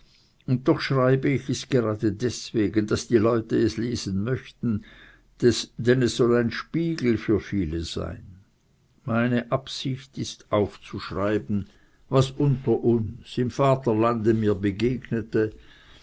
und doch schreibe ich es gerade deswegen daß die leute es lesen möchten denn es soll ein spiegel für viele sein meine absicht ist aufzuschreiben was im vaterlande mir begegnete